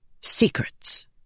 Secrets